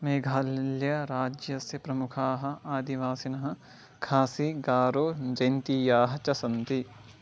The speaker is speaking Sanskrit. मेघालयराज्यस्य प्रमुखाः आदिवासिनः खासी गारो जेन्तीयाः च सन्ति